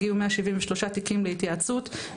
הגיעו 173 תיקים להתייעצות,